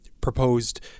proposed